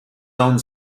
owned